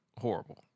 horrible